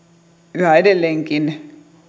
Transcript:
yhä edelleenkin